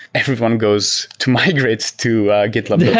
everyone goes to migrates to gitlab yeah